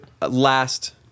last